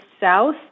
south